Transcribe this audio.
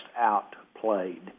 outplayed